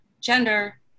gender